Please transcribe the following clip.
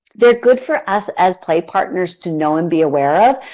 they're good for us as play partners to know and be aware of,